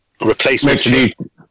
replacement